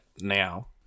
now